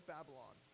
Babylon